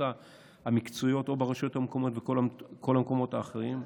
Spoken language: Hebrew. המקצועיות ברשויות המקומיות ובכל המקומות האחרים.